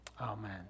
Amen